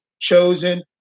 chosen